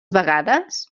vegades